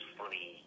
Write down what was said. funny